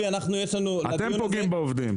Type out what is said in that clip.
אתם פוגעים בעובדים.